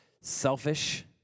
selfish